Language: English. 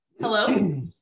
Hello